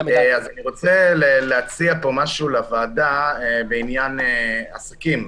אני רוצה להציע פה משהו לוועדה בעניין עסקים.